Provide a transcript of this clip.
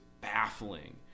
baffling